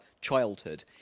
childhood